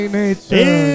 nature